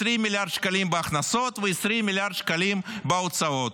20 מיליארד שקלים בהכנסות ו-20 מיליארד שקלים בהוצאות.